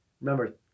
Remember